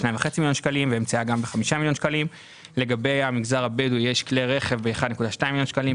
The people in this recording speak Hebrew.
יש כלי רכב ב-1.2 מיליון שקלים,